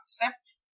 accept